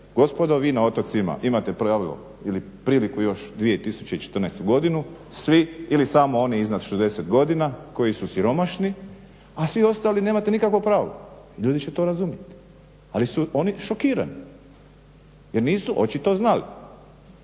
gospodo vi na otocima imate pravilo ili priliku još 2014. godinu, svi ili samo oni iznad 60 godina koji su siromašni, a svi ostali nemate nikakvo pravo. Ljudi će to razumjeti, ali su oni šokirani jer nisu očito znali.